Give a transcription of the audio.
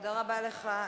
תודה רבה לך,